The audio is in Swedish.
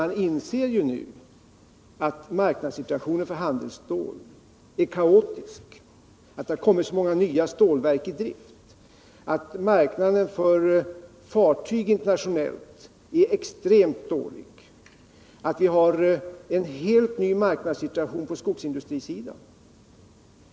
Man inser ju nu att marknadssituationen för handelsstål är kaotisk, att det har kommit många nya stålverk i drift, att marknaden för fartyg internationellt är extremt dålig, att vi har en helt ny marknadssituation på skogsindustrisidan.